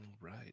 right